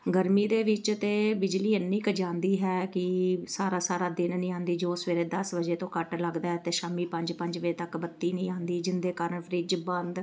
ਗਰਮੀ ਦੇ ਵਿੱਚ ਅਤੇ ਬਿਜਲੀ ਇੰਨੀ ਕੁ ਜਾਂਦੀ ਹੈ ਕਿ ਸਾਰਾ ਸਾਰਾ ਦਿਨ ਨਹੀਂ ਆਉਂਦੀ ਜੋ ਸਵੇਰੇ ਦਸ ਵਜੇ ਤੋਂ ਕੱਟ ਲੱਗਦਾ ਅਤੇ ਸ਼ਾਮੀ ਪੰਜ ਪੰਜ ਵਜੇ ਤੱਕ ਬੱਤੀ ਨਹੀਂ ਆਉਂਦੀ ਜਿਹਦੇ ਕਾਰਨ ਫਰਿੱਜ ਬੰਦ